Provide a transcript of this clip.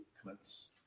commence